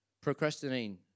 Procrastinating